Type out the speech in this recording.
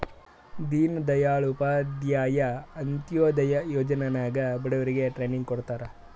ದೀನ್ ದಯಾಳ್ ಉಪಾಧ್ಯಾಯ ಅಂತ್ಯೋದಯ ಯೋಜನಾ ನಾಗ್ ಬಡುರಿಗ್ ಟ್ರೈನಿಂಗ್ ಕೊಡ್ತಾರ್